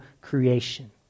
creation